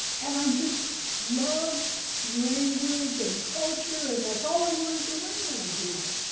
and i just loved language and culture, and that's all i wanted to learn when i grew up,